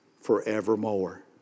forevermore